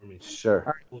Sure